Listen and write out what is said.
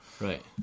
right